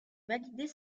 valider